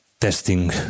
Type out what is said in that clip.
testing